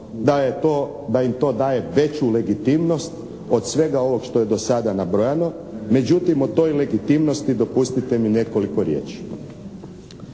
da im to daje veću legitimnost od svega ovog što je do sada nabrojano. Međutim o toj legitimnosti dopustite mi nekoliko riječi.